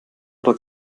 oder